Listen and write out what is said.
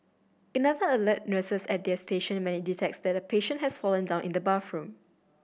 another alert nurses at their station when it detects that a patient has fallen down in the bathroom